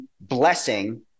blessing